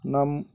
name